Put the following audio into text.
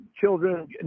children